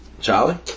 Charlie